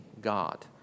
God